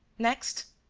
next?